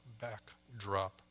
backdrop